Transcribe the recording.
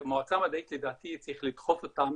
המועצה המדעית, לדעתי, צריך לדחוף אותם